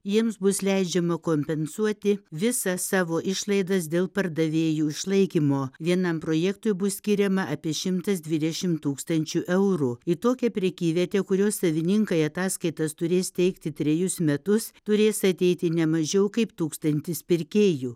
jiems bus leidžiama kompensuoti visas savo išlaidas dėl pardavėjų išlaikymo vienam projektui bus skiriama apie šimtas dvidešimt tūkstančių eurų į tokią prekyvietę kurios savininkai ataskaitas turės teikti trejus metus turės ateiti ne mažiau kaip tūkstantis pirkėjų